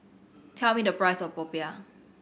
tell me the price of popiah